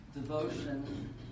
devotion